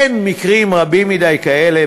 אין מקרים רבים מדי כאלה,